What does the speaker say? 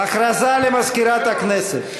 הודעה למזכירת הכנסת.